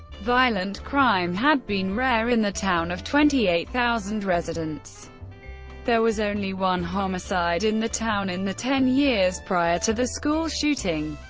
violent crime had been rare in the town of twenty eight thousand residents there was only one homicide in the town in the ten years prior to the school shooting.